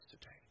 today